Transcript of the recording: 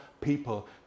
people